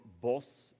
boss